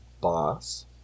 boss